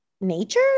nature